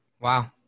Wow